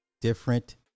different